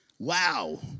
Wow